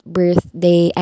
birthday